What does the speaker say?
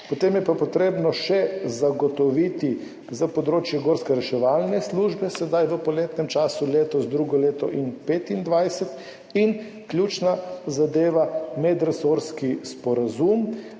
Potem je pa potrebno zagotoviti še za področje gorske reševalne službe sedaj, v poletnem času, letos, drugo leto in 2025. In ključna zadeva, medresorski sporazum,